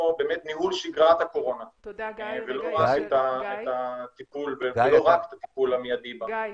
ניהול שגרת הקורונה ולא רק את הטיפול המיידי ב- -- גיא,